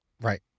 Right